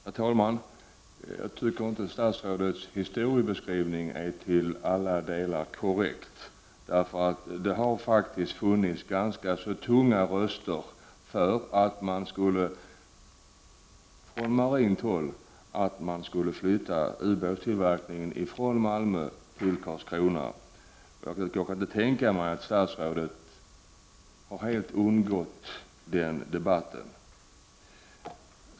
Herr talman! Jag tycker inte att statsrådets historieskrivning till alla delar är korrekt. Det har faktiskt funnits ganska ”tunga” röster på marint håll att flytta ubåtstillverkningen från Malmö till Karlskrona. Jag kan inte tänka mig att den debatten helt har undgått statsrådet.